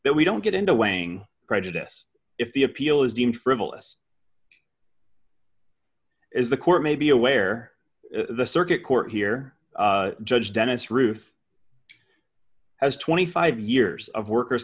that we don't get into weighing prejudice if the appeal is deemed frivolous is the court may be aware the circuit court here judge dennis ruth has twenty five years of workers